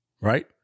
Right